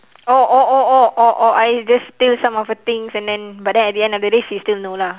oh oh oh oh or or I just steal some of her things and then but then at the end of the day she still know lah